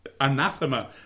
anathema